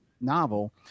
novel